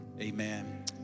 amen